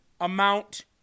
amount